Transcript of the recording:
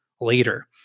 later